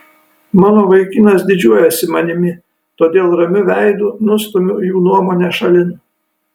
mano vaikinas didžiuojasi manimi todėl ramiu veidu nustumiu jų nuomonę šalin